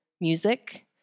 music